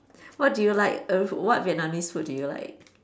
what do you like what Vietnamese food do you like